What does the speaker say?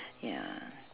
ya